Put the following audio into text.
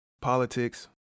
politics